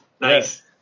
Nice